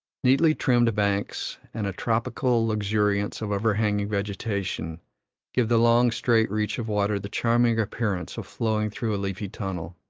neatly trimmed banks and a tropical luxuriance of overhanging vegetation give the long straight reach of water the charming appearance of flowing through a leafy tunnel.